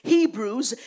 Hebrews